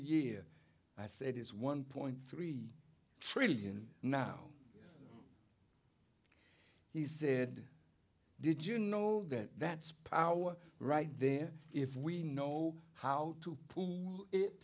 year i said is one point three trillion now he said did you know that that's power right there if we know how to